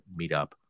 meetup